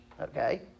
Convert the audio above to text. Okay